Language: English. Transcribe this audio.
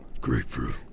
Grapefruit